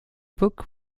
book